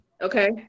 okay